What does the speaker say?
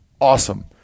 awesome